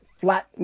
flat